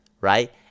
right